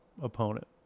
opponent